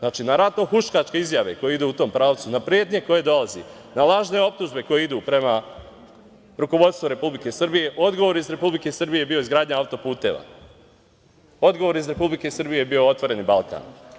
Na ratno-huškačke izjave koje idu u tom pravcu, na pretnje koje dolaze, na lažne optužbe koje idu prema rukovodstvu Republike Srbije, odgovor Republike Srbije je bio izgradnja autoputeva, odgovor iz Republike Srbije je bio „Otvoreni Balkan“